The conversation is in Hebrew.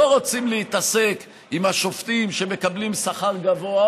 לא רוצים להתעסק עם השופטים שמקבלים שכר גבוה,